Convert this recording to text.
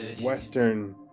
Western